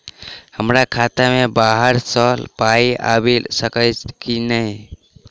हमरा खाता मे बाहर सऽ पाई आबि सकइय की नहि?